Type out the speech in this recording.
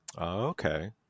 Okay